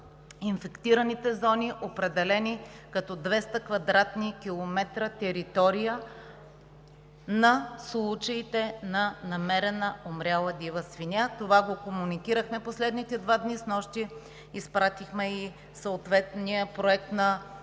инфектираните зони, определени като 200 квадратни километра територия, в случаите на намерена умряла дива свиня. Това го комуникирахме в последните два дни, снощи изпратихме и съответния проект за